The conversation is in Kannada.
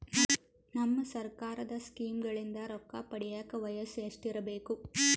ನಮ್ಮ ಸರ್ಕಾರದ ಸ್ಕೀಮ್ಗಳಿಂದ ರೊಕ್ಕ ಪಡಿಯಕ ವಯಸ್ಸು ಎಷ್ಟಿರಬೇಕು?